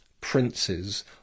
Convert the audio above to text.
princes